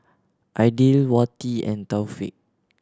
Aidil Wati and Taufik